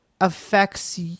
affects